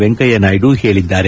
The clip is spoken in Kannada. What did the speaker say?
ವೆಂಕಯ್ದ ನಾಯ್ದು ಹೇಳಿದ್ದಾರೆ